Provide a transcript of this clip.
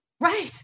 Right